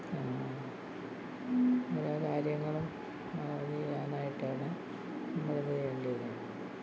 പല കാര്യങ്ങളും ഇത് ചെയ്യാനായിട്ടാണ് നമ്മൾ ഇത് ചെയ്യേണ്ടത്